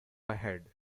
ahead